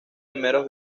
primeros